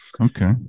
Okay